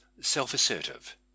self-assertive